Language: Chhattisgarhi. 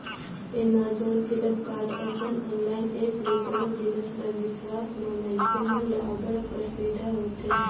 एमाजॉन, फ्लिपकार्ट, असन ऑनलाईन ऐप्स ले कोनो जिनिस ल बिसावत म मइनसे मन ल अब्बड़ कर सुबिधा होथे